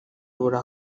abura